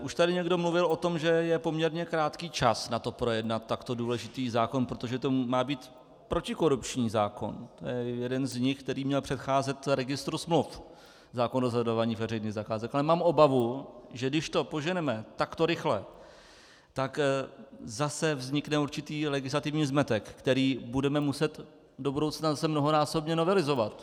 Už tady někdo mluvil o tom, že je poměrně krátký čas na to, projednat takto důležitý zákon, protože to má být protikorupční zákon, to je jeden z nich, který měl předcházet registru smluv, zákon o rozhodování veřejných zakázek, ale mám obavu, že když to poženeme takto rychle, tak zase vznikne určitý legislativní zmetek, který budeme muset do budoucna mnohonásobně novelizovat.